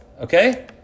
Okay